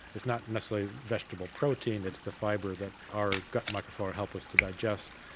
it's not necessarily vegetable protein, it's the fibre that our got microflora help us to digest,